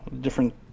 different